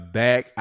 back